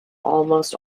almost